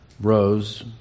rose